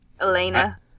Elena